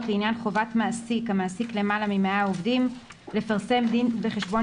לעניין חובת מעסיק המעסיק למעלה ממאה עובדים לפרסם דין וחשבון